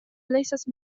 ليست